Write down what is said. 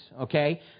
okay